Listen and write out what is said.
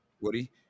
Woody